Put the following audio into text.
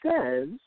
says